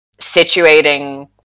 situating